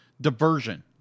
diversion